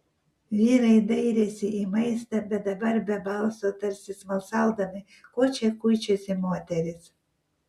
vyrai dairėsi į maistą bet dabar be balso tarsi smalsaudami ko čia kuičiasi moterys